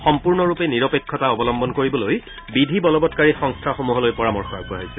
সম্পূৰ্ণৰূপে নিৰপেক্ষতা অৱলম্বন কৰিবলৈ বিধি বলবৎকাৰী সংস্থাসমূহলৈ পৰামৰ্শ আগবঢ়াইছে